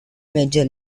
major